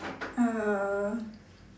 uh